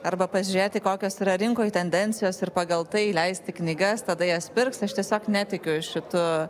arba pažiūrėti kokios yra rinkoj tendencijos ir pagal tai leisti knygas tada jas pirks aš tiesiog netikiu šitų